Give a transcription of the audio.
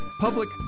Public